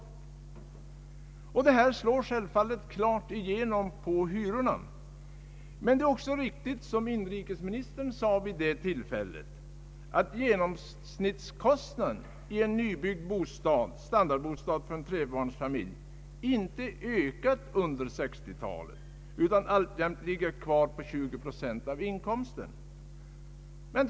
Han nämnde också att detta självklart slår igenom på hyrorna för de nybyggda lägenheterna. Det är också riktigt, som inrikesministern sade vid samma tillfälle, att genomsnittskostnaden i en nybyggd standardbostad för en trebarnsfamilj inte ökat under 1960-talet, utan alltjämt ligger kvar på omkring 20 procent av inkomsten.